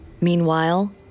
Meanwhile